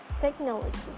technology